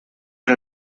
que